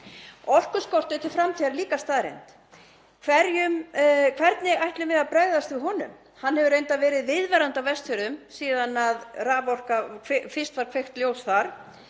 Orkuskortur til framtíðar er líka staðreynd. Hvernig ætlum við að bregðast við honum? Hann hefur reyndar verið viðvarandi á Vestfjörðum síðan fyrst var kveikt ljós þar